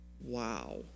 wow